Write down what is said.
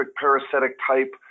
parasitic-type